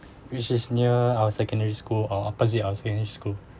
which is near our secondary school or opposite our school